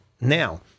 Now